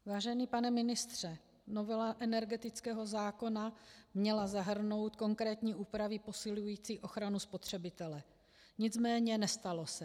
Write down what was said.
Vážený pane ministře, novela energetického zákona měla zahrnout konkrétní úpravy posilující ochranu spotřebitele, nicméně nestalo se.